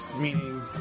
meaning